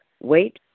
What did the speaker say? Wait